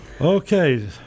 Okay